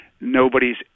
nobody's